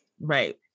right